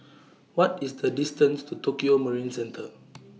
What IS The distance to Tokio Marine Centre